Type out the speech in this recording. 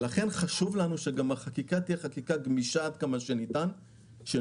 לכן חשוב לנו שגם החקיקה תהיה גמישה עד כמה שניתן כדי